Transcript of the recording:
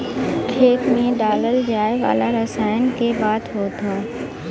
खेत मे डालल जाए वाला रसायन क बात होत हौ